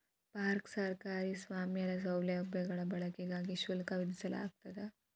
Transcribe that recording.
park ಸರ್ಕಾರಿ ಸ್ವಾಮ್ಯದ ಸೌಲಭ್ಯಗಳ ಬಳಕೆಗಾಗಿ ಶುಲ್ಕ ವಿಧಿಸಲಾಗ್ತದ